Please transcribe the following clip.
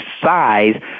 size